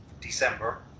December